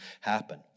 happen